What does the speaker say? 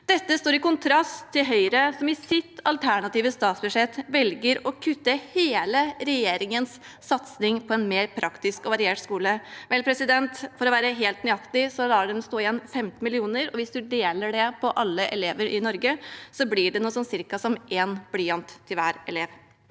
Dette står i kontrast til Høyre, som i sitt alternative statsbudsjett velger å kutte hele regjeringens satsing på en mer praktisk og variert skole. For å være helt nøyaktig lar de det stå igjen 15 mill. kr, og hvis man deler det på alle elever i Norge, blir det cirka én blyant til hver.